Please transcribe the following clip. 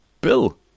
Bill